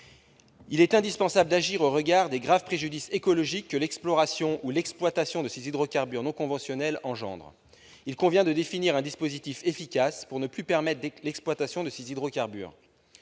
Il est indispensable d'agir au regard des graves préjudices écologiques que l'exploration ou l'exploitation de ces hydrocarbures non conventionnels engendrent. Il convient de définir un dispositif efficace pour ne plus permettre l'exploitation de ces hydrocarbures.